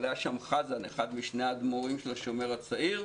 אבל היה אחד משני האדמו"רים של השומר הצעיר,